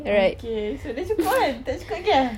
okay so sudah cukup kan tak cukup lagi eh